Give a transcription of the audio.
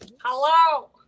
hello